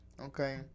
Okay